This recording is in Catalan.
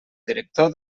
director